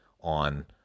on